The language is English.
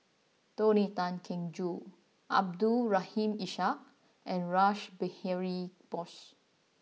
Tony Tan Keng Joo Abdul Rahim Ishak and Rash Behari Bose